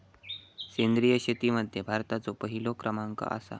सेंद्रिय शेतीमध्ये भारताचो पहिलो क्रमांक आसा